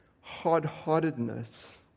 hard-heartedness